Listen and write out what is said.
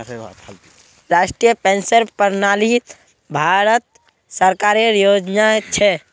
राष्ट्रीय पेंशन प्रणाली भारत सरकारेर योजना छ